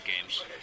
games